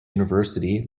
university